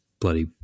bloody